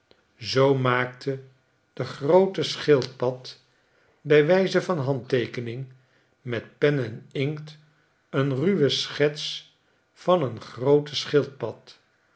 zoo maakte de groote schildpad bij wijze van handteekening met pen en inkt een ruwe schets van een groote schildpad